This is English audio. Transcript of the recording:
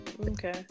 Okay